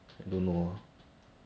e~ support